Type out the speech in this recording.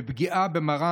בבקשה לשבת במקום.